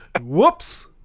Whoops